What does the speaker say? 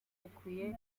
bukwiye